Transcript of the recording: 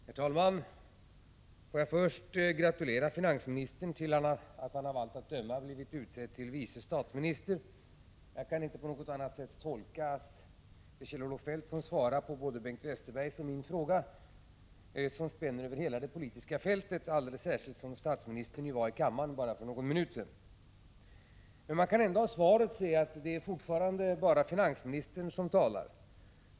Herr talman! Jag vill först gratulera finansministern till att han av allt att döma blivit utsedd till vice statsminister. På något annat sätt kan jag inte tolka det faktum att det är Kjell-Olof Feldt som svarar på Bengt Westerbergs och min fråga, som spänner över hela det politiska fältet, alldeles särskilt som statsministern var i kammaren för bara någon minut sedan. Man kan ändå av svaret se att det forfarande bara är finansministern som talar.